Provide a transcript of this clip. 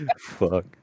Fuck